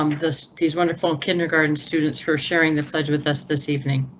um this these wonderful kindergarten students for sharing the pledge with us this evening.